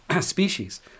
species